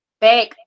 back